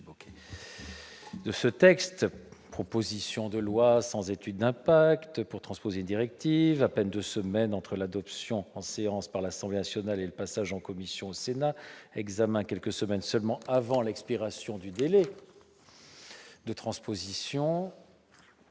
moyen d'une proposition de loi, donc sans étude d'impact ; délai d'à peine deux semaines entre l'adoption en séance par l'Assemblée nationale et le passage en commission au Sénat ; examen quelques semaines seulement avant l'expiration du délai de transposition